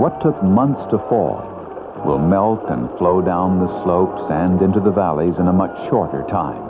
what took months to fall will melt and flow down the slope and into the valleys in a much shorter time